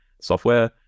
Software